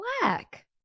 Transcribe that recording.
black